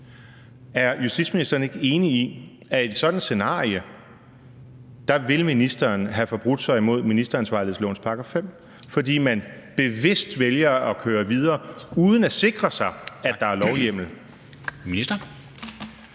Er justitsministeren så ikke enig i, at i sådan et scenarie vil ministeren have forbrudt sig imod ministeransvarlighedsloven § 5, fordi man bevidst vælger at køre videre uden at sikre sig, at der er lovhjemmel?